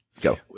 Go